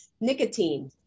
nicotine